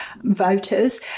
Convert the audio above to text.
voters